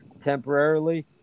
temporarily